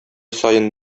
саен